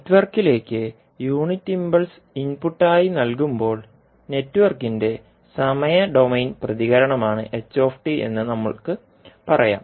നെറ്റ്വർക്കിലേക്ക് unit impulse ഇൻപുട്ടായി നൽകുമ്പോൾ നെറ്റ്വർക്കിന്റെ സമയ ഡൊമെയ്ൻ പ്രതികരണമാണ് എന്ന് നമുക്ക് പറയാം